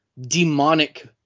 demonic